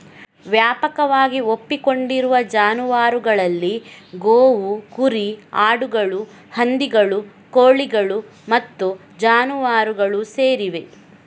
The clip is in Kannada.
ವ್ಯಾಪಕವಾಗಿ ಒಪ್ಪಿಕೊಂಡಿರುವ ಜಾನುವಾರುಗಳಲ್ಲಿ ಗೋವು, ಕುರಿ, ಆಡುಗಳು, ಹಂದಿಗಳು, ಕೋಳಿಗಳು ಮತ್ತು ಜಾನುವಾರುಗಳು ಸೇರಿವೆ